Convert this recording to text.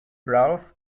ralph